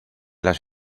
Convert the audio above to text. las